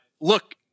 look